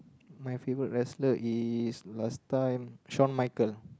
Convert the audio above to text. my favourite wrestler is last time Shaun-Michaels